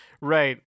right